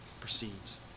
Proceeds